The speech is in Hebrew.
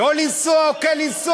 לא לנסוע או כן לנסוע?